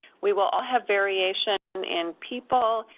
we will all have variation in people,